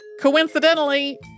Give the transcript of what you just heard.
Coincidentally